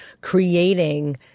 creating